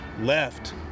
left